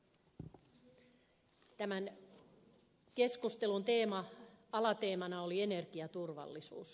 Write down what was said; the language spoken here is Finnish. tämän keskustelun alateemana oli energiaturvallisuus